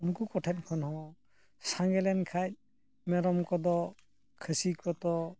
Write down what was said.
ᱟᱨ ᱩᱱᱠᱩ ᱠᱚ ᱴᱷᱮᱱ ᱠᱷᱚᱱ ᱦᱚᱸ ᱥᱟᱸᱜᱮ ᱞᱮᱱᱠᱷᱟᱱ ᱢᱮᱨᱚᱢ ᱠᱚᱫᱚ ᱠᱷᱟᱹᱥᱤ ᱠᱚᱫᱚ